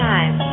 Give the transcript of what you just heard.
Time